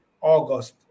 August